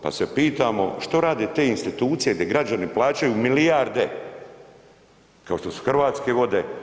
Pa se pitamo što rade te institucije gdje građani plaćaju milijarde kao što su Hrvatske vode.